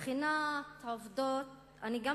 גם מבחינת העובדות אני לא